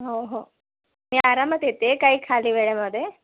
हो हो मी आरामात येते काही खाली वेळेमध्ये